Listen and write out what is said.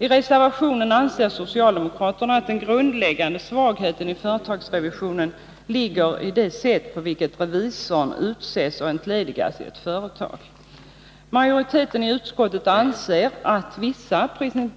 I reservationen anför socialdemokraterna att den grundläggande svagheten i företagsrevisionen ligger i det sätt på vilket revisorn utses och entledigas i ett företag. Majoriteten i utskottet anser att vissa